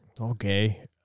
Okay